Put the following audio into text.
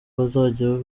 bazajya